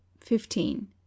Fifteen